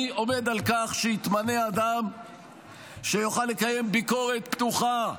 אני עומד על כך שיתמנה אדם שיוכל לקיים ביקורת פתוחה,